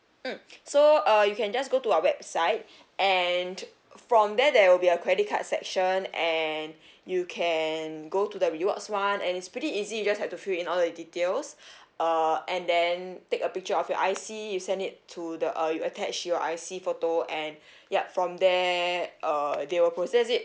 mm so uh you can just go to our website and from there there will be a credit card section and you can go to the rewards [one] and it's pretty easy you just have to fill in all the details uh and then take a picture of your I_C you send it to the uh you attach your I_C photo and yup from there uh they will process it